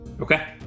Okay